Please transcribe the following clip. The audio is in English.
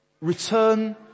Return